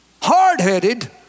hardheaded